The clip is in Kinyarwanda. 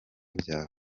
byawe